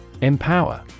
Empower